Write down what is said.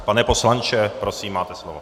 Pane poslanče, prosím, máte slovo.